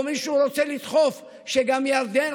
או מישהו רוצה לדחוף שגם ירדן,